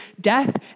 death